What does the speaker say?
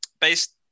based